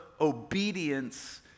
obedience